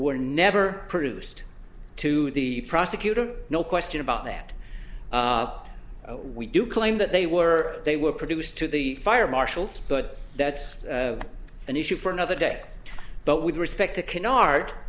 were never produced to the prosecutor no question about that we do claim that they were they were produced to the fire marshals but that's an issue for another day but with respect to canar